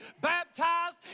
baptized